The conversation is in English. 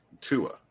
Tua